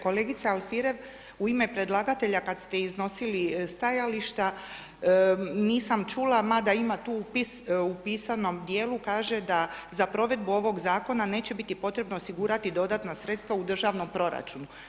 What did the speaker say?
Kolegice Alfirev, u ime predlagatelja, kada ste iznosili stajališta, nisam čula, ma da ima tu u pisanom dijelu, kaže, da za provedbu ovog zakona, neće biti potrebno osigurati dodatna sredstva u državnom proračunu.